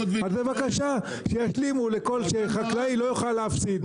אז בבקשה שישלימו שחקלאי לא יוכל להפסיד.